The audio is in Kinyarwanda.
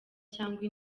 cyangwa